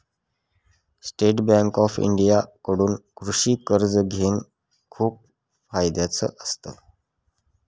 state Bank of India कडून कृषि कर्ज घेण खूप फायद्याच असत